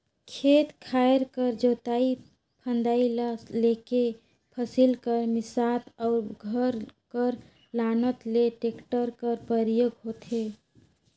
खेत खाएर कर जोतई फदई ल लेके फसिल कर मिसात अउ घर कर लानत ले टेक्टर कर परियोग होथे